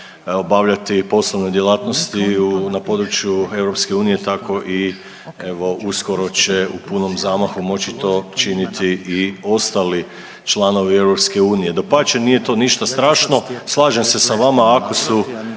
obavljati poslovne djelatnosti na području EU tako i evo uskoro će u punom zamahu moći to činiti i ostali članovi EU. Dapače, nije to ništa strašno. Slažem se sa vama ako su